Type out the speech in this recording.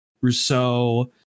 Rousseau